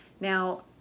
Now